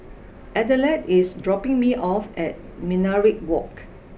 Adelard is dropping me off at Minaret Walk